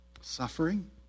Suffering